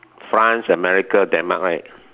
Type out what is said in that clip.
France America Denmark right